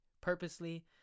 purposely